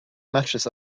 matches